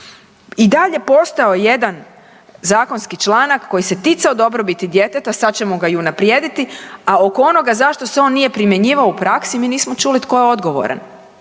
I dalje postojao jedan zakonski članak koji se ticao dobrobiti djeteta, sad ćemo ga i unaprijediti, a oko onoga zašto se on nije primjenjivao u praksi mi nismo čuli tko je odgovoran.